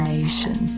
Nation